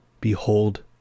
Behold